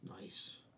Nice